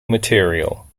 material